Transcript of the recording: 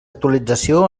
actualització